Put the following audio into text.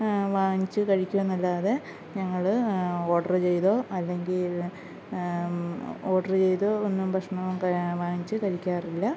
വാങ്ങിച്ച് കഴിക്കുമെന്നല്ലാതെ ഞങ്ങൾ ഓഡറ് ചെയ്താൽ അല്ലെങ്കിൽ ഓഡറ് ചെയ്തോ ഒന്നും ഭക്ഷണം വാങ്ങിച്ച് കഴിക്കാറില്ല